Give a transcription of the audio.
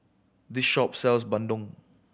this shop sells Bandung